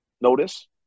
notice